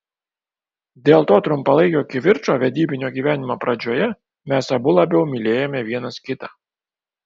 dėl to trumpalaikio kivirčo vedybinio gyvenimo pradžioje mes abu labiau mylėjome vienas kitą